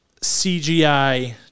CGI